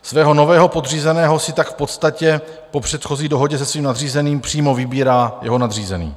Svého nového podřízeného si tak v podstatě po předchozí dohodě se svým nadřízeným přímo vybírá jeho nadřízený.